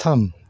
थाम